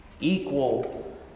equal